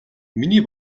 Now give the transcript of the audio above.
миний